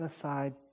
aside